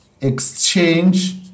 exchange